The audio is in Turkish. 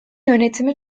yönetimi